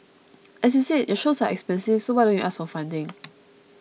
as you said your shows are expensive so why don't you ask for funding